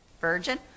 Virgin